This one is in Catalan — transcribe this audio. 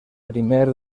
primer